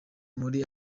muri